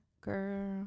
Girl